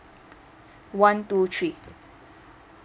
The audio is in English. one two three